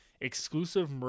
Exclusive